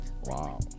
Wow